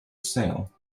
sale